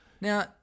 Now